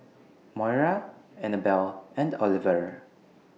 Moira Annabel and Oliver